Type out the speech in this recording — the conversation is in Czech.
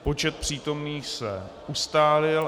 Počet přítomných se ustálil.